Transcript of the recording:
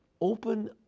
open